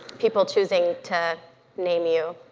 people choosing to name you